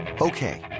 Okay